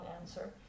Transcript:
answer